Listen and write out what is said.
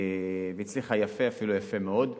והיא הצליחה יפה, אפילו יפה מאוד.